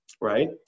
right